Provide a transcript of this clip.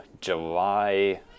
July